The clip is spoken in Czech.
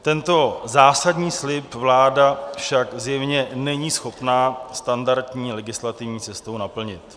Tento zásadní vliv vláda však zjevně není schopna standardní legislativní cestou naplnit.